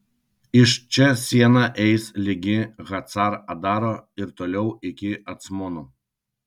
iš čia siena eis ligi hacar adaro ir toliau iki acmono